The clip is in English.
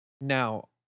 Now